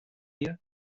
you